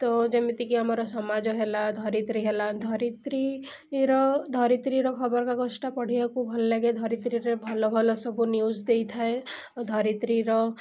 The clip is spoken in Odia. ତ ଯେମିତିକି ଆମର ସମାଜ ହେଲା ଧରିତ୍ରୀ ହେଲା ଧରିତ୍ରୀ ର ଧରିତ୍ରୀର ଖବର କାଗଜଟା ପଢ଼ିବାକୁ ଭଲ ଲାଗେ ଧରିତ୍ରୀରେ ଭଲ ଭଲ ସବୁ ନ୍ୟୁଜ୍ ଦେଇଥାଏ ଧରିତ୍ରୀର